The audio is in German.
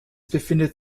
befindet